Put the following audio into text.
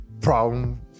Problem